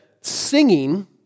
singing